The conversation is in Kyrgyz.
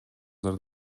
качан